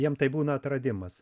jiem tai būna atradimas